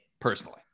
personally